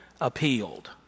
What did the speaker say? appealed